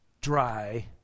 dry